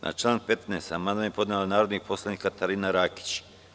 Na član 15. amandman je podnela narodni poslanik Katarina Rakić.